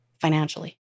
financially